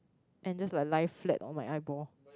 and just like lie flat on my eyeball